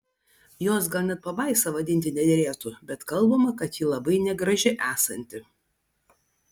jos gal net pabaisa vadinti nederėtų bet kalbama kad ji labai negraži esanti